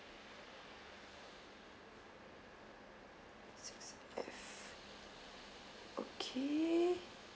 six F okay